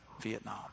Vietnam